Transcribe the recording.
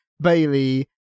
Bailey